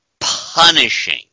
punishing